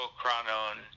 chronon